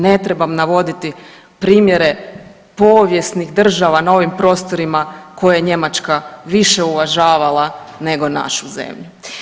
Ne trebam navoditi primjere povijesnih država na ovim prostorima koje Njemačka više uvažavala nego našu zemlju.